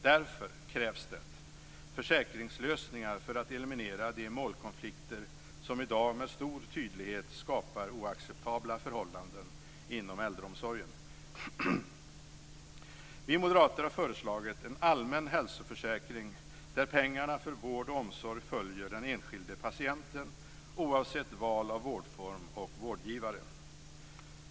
Därför krävs det försäkringslösningar för att eliminera de målkonflikter som i dag med stor tydlighet skapar oacceptabla förhållanden inom äldreomsorgen. Vi moderater har föreslagit en allmän hälsoförsäkring där pengarna för vård och omsorg följer den enskilde patienten oavsett val av vårdform och vårdgivare.